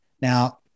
Now